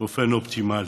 באופן אופטימלי,